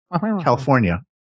California